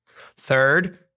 Third